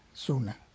sooner